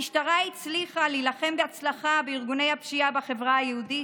המשטרה הצליחה להילחם בהצלחה בארגוני הפשיעה בחברה היהודית,